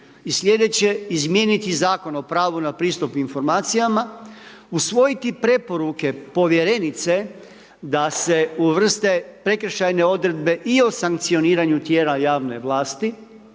i sljedeće izmijeniti Zakon o pravu na pristup informacijama, usvojiti preporuke povjerenice, da se uvrste prekršajne odredbe i o sankcioniranje tijela javne vlasti,